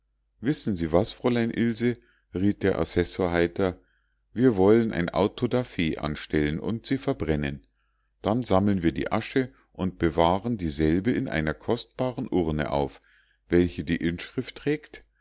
wissen sie was fräulein ilse riet der assessor heiter wir wollen ein autodafee anstellen und sie verbrennen dann sammeln wir die asche und sie bewahren dieselbe in einer kostbaren urne auf welche die inschrift trägt